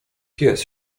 pies